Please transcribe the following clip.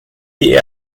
die